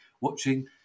watching